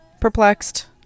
perplexed